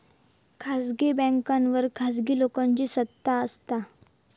खासगी बॅन्कांवर खासगी लोकांची सत्ता असता